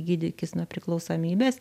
gydykis nuo priklausomybės